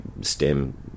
STEM